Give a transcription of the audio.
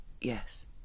yes